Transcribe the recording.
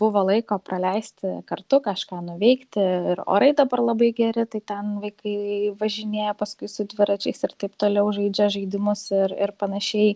buvo laiko praleisti kartu kažką nuveikti ir orai dabar labai geri tai ten vaikai važinėja paskui su dviračiais ir taip toliau žaidžia žaidimus ir ir panašiai